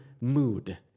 mood